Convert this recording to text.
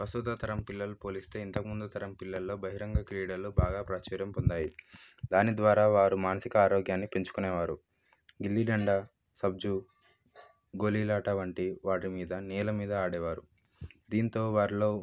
ప్రస్తుత తరం పిల్లలు పోలిస్తే ఇంతక ముందుతరం పిల్లల్లో బహిరంగ క్రీడలు బాగా ప్రాచుర్యం పొందాయి దాని ద్వారా వారు మానసిక ఆరోగ్యాన్ని పెంచుకునేవారు గిల్లిదండ సబ్జు గోళిలాట వంటి వాటి మీద నేల మీద ఆడేవారు దీంతో వారిలో